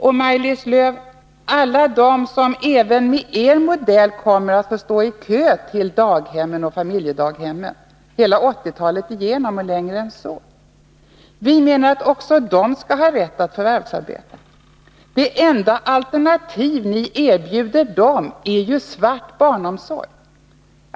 Och, Maj-Lis Lööw, alla de som även med er modell kommer att stå i kö till daghemmen och familjedaghemmen hela 1980-talet igenom eller längre än så skall ha rätt att förvärvsarbeta. Det enda alternativ ni erbjuder dem är ju svart barnomsorg.